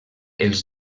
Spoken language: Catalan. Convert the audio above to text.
els